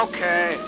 Okay